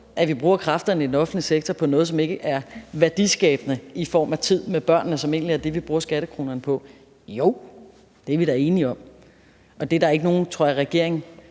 at vi bruger kræfterne i den offentlige sektor på noget, som ikke er værdiskabende i form af tid med børnene, som egentlig er det, vi bruger skattekronerne på, at jo, det er vi da enige om. Jeg har aldrig stødt på en regering,